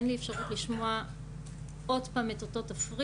אין לי אפשרות לשמוע עוד פעם את אותו תפריט,